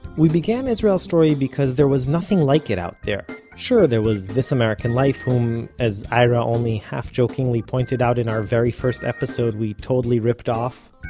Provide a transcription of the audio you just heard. we began israel story because there was nothing like it out there. sure, there was this american life whom as ira only half-jokingly pointed out in our very first episode we totally ripped off.